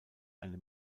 eine